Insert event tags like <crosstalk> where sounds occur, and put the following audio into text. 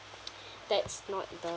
<noise> that's not the